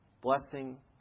blessing